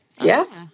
Yes